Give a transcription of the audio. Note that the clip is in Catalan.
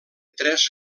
tres